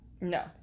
No